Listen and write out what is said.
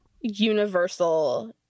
universal